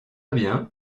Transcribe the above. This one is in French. bien